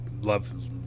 love